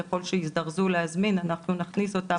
ככל שיזדרזו להזמין אנחנו נכניס אותם בשמחה,